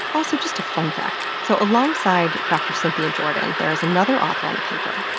also, just a fun fact so alongside dr. cynthia jordan there's another author on the paper,